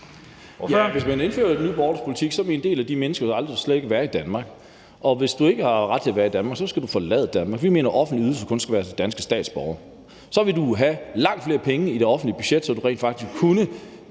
Hvis man indførte Nye Borgerliges politik, ville en del af de mennesker jo slet ikke være i Danmark, og hvis du ikke har ret til at være i Danmark, skal du forlade Danmark. Vi mener, at offentlige ydelser kun skal være til danske statsborgere. Så ville du jo have langt flere penge i det offentlige budget, så du rent faktisk kunne